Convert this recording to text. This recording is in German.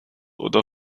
oder